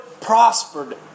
prospered